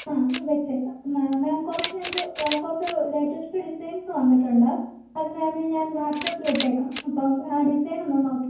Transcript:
ആ വെച്ചേക്കാം മാം കുറച്ച് ഞങ്ങൾക്ക് കുറച്ച് ലേറ്റസ്റ്റ് ഡിസൈൻസ് വന്നിട്ടുണ്ട് അത് മാമിന് ഞാൻ വാട്സാപ്പിൽ ഇട്ടേക്കാം അപ്പം ആ ഡിസൈൻ ഒന്ന് നോക്കി